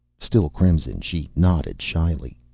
still crimson, she nodded shyly.